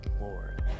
Lord